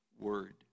word